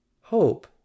Hope